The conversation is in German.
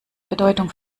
bedeutung